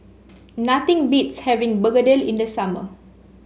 nothing beats having Begedil in the summer